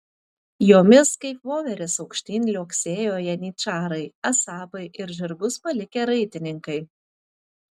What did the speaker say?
jomis kaip voverės aukštyn liuoksėjo janyčarai asabai ir žirgus palikę raitininkai